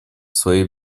своей